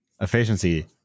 Efficiency